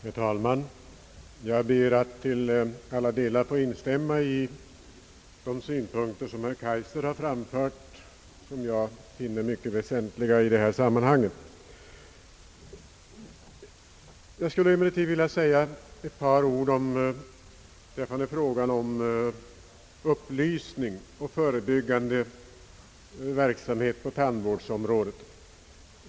Herr talman! Jag ber att till alla delar få instämma i de synpunkter som herr Kaijser har anfört, vilka jag finner mycket väsentliga i detta sammanhang. Jag skulle emellertid vilja säga ett par ord beträffande frågan om upplysning och förebyggande verksamhet på tandvårdsområdet.